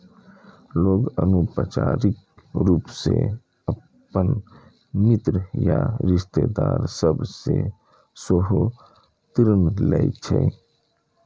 लोग अनौपचारिक रूप सं अपन मित्र या रिश्तेदार सभ सं सेहो ऋण लै छै